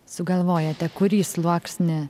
sugalvojote kurį sluoksnį